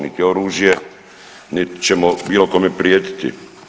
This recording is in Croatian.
Niti je oružje, nit ćemo bilo kome prijetiti.